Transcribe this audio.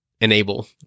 enable